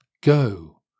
Go